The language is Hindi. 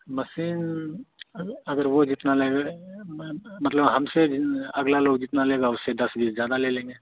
मशीन अग अगर वह जितना लगे मैं मतलब हमसे जिन अगला लोग जितना लेगा उससे दस बीस ज़्यादा ले लेंगे